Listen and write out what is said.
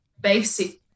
basic